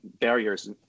barriers